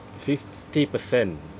fifty percent